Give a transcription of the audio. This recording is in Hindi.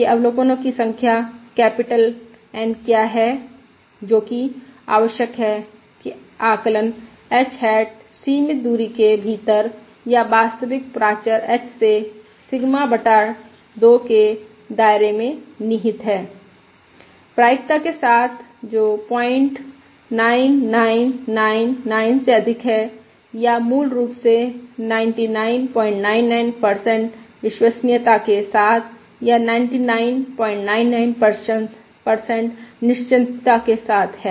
यह अवलोकनों की संख्या कैपिटल क्या है जो की आवश्यक है कि आकलन h हैट सीमित दूरी के भीतर या वास्तविक प्राचर h से सिग्मा बटा 2 के दायरे में निहित है प्रायिकता के साथ जो 09999 से अधिक है या मूल रूप से 9999 विश्वसनीयता के साथ या 9999 निश्चितता के साथ है